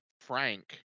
Frank